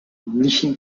lichen